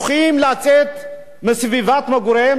שזה היה צריך להיות אולי המקום הבטוח ביותר?